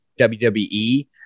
WWE